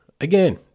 Again